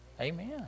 Amen